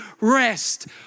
rest